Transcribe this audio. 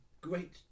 great